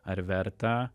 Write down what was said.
ar verta